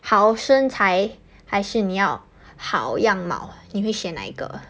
好身材还是你要好样貌你会选哪一个